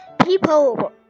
People